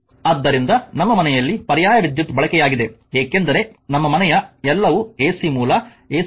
ಆದ್ದರಿಂದ ನಮ್ಮ ಮನೆಯಲ್ಲಿ ಪರ್ಯಾಯ ವಿದ್ಯುತ್ ಬಳಕೆಯಾಗಿದೆ ಏಕೆಂದರೆ ನಮ್ಮ ಮನೆಯ ಎಲ್ಲವೂ ಎಸಿ ಮೂಲ ಎಸಿ ಪವರ್